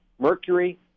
mercury